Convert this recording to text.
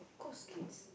of course kids